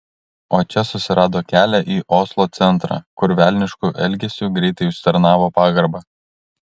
o čia susirado kelią į oslo centrą kur velnišku elgesiu greitai užsitarnavo pagarbą